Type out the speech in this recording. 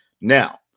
Now